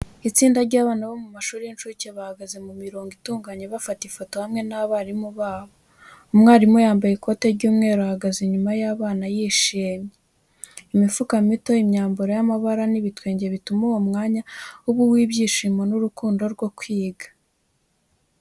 Itsinda ry’abana bo mu mashuri y’incuke bahagaze mu mirongo itunganye bafata ifoto hamwe n’abarimu babo. Umwarimu yambaye ikoti ry’umweru, ahagaze inyuma y’abana yishimye. Imifuka mito, imyambaro y’amabara, n’ibitwenge bituma uwo mwanya uba uw’ibyishimo n’urukundo rwo kwiga.